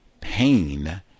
pain